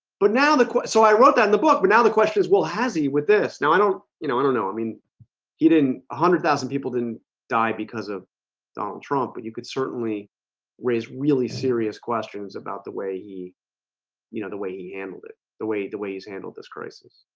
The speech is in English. but now the quote so that in the book but now the question is well has he with this now i don't you know, i don't know. i mean he didn't a hundred thousand people didn't die because of donald trump, but you could certainly raise really serious questions about the way he you know, the way he handled it the way the way he's handled this crisis,